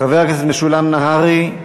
חבר הכנסת משולם נהרי?